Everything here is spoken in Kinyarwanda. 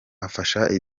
afashe